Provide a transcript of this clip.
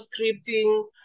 scripting